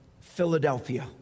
Philadelphia